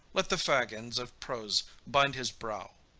let the fag ends of prose bind his brow.